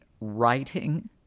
writing